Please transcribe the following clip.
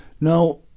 Now